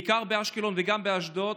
בעיקר באשקלון וגם באשדוד,